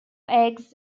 eggs